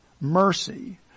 mercy